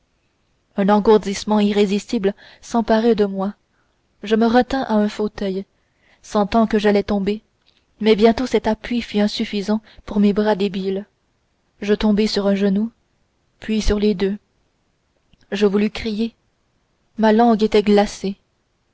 un engourdissement irrésistible s'emparait de moi je me retins à un fauteuil sentant que j'allais tomber mais bientôt cet appui fut insuffisant pour mes bras débiles je tombai sur un genou puis sur les deux je voulus crier ma langue était glacée